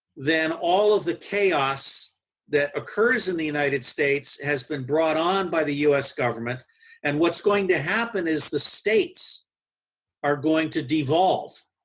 then all of the chaos that occurs in the united states has been brought on by the u s. government and what's going to happen is the states are going to devolve.